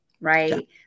right